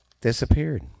disappeared